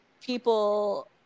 people